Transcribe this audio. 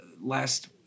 last